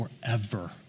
forever